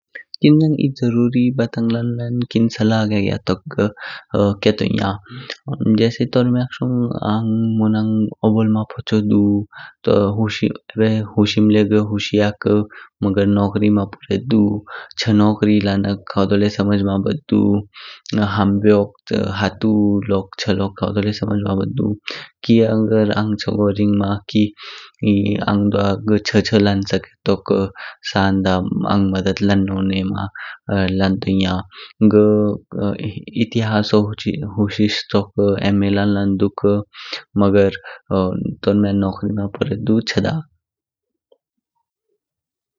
किनरंग एह जरूरी बातें लानलान एह सलाह ग्याग्या तोक घ केतोइन्या। जैसे तोर्म्यक शिग आंग मोनग अबोल मा पूछो दू, हू। अबेह हुशिम ल्य घ हुशियक, मगर नोकरी मा पोरेदोडु। छ नोकरी लानक होदो ल्य समज मा बोडोडु। हम ब्योख, हातु लोक होदो ल्य समज मा बडोडु। कि अगर आंग चगो रिंगमा कि घ छ छ लान स्केतोक शान ध आंग मदद लान स्केना लंटोइयान। घ इतिहास हुशिश तोक मा लान लान दु, मगर तोर्म्या नोकरी मा पोरेदोडु छ दाक?